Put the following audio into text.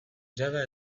jada